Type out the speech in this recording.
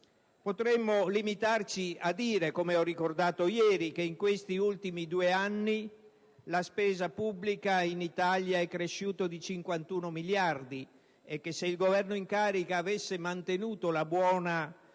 Potremmo limitarci a dire, come ho ricordato ieri, che in questi ultimi due anni la spesa pubblica in Italia è cresciuta di 51 miliardi e che se il Governo in carica avesse mantenuto la buona eredità